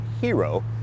Hero